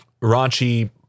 raunchy